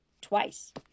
twice